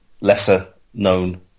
lesser-known